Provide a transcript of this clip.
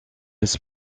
des